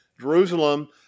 Jerusalem